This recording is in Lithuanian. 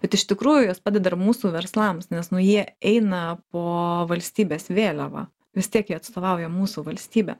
bet iš tikrųjų jos padeda ir mūsų verslams nes nu jie eina po valstybės vėliava vis tiek jie atstovauja mūsų valstybę